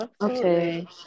Okay